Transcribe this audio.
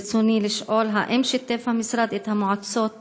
ברצוני לשאול: 1. האם שיתף המשרד את המועצות הערביות?